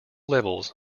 levels